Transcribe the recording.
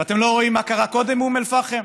אתם לא רואים מה קרה קודם באום אל-פחם?